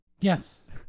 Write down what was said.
Yes